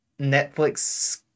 Netflix